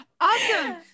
Awesome